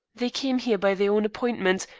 they came here by their own appointment,